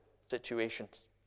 situations